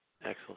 Excellent